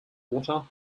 water